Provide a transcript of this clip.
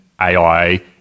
AI